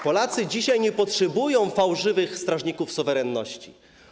Polacy dzisiaj nie potrzebują fałszywych strażników suwerenności.